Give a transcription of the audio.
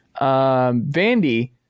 vandy